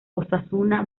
osasuna